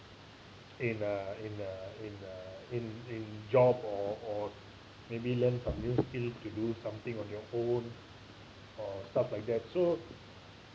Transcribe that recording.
in uh in uh in uh in in job or or maybe learn some new skill to do something on your own or stuff like that so